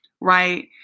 right